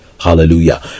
Hallelujah